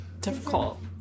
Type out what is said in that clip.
difficult